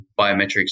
biometrics